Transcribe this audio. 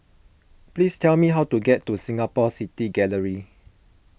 please tell me how to get to Singapore City Gallery